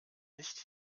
nicht